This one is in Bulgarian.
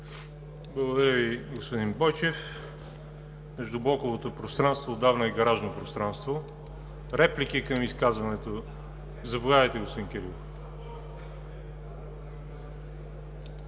Благодаря Ви, господин Бойчев. Междублоковото пространство отдавна е гаражно пространство. Реплики към изказването? Заповядайте, господин Кирилов.